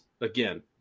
again